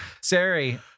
Sari